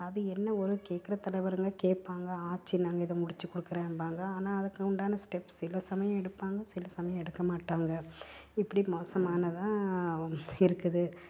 அது என்ன ஒரு கேட்குற தலைவருங்க கேட்பாங்க ஆச்சி நாங்ள்க இதை முடித்து கொடுக்குறேம்பாங்க ஆனால் அதுக்குண்டான ஸ்டெப்ஸ் சில சமயம் எடுப்பாங்க சில சமயம் எடுக்க மாட்டாங்க இப்படி மோசமானதாக இருக்குது